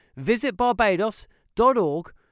visitbarbados.org